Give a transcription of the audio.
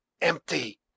empty